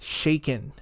shaken